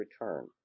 return